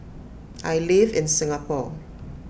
I live in Singapore